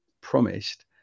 promised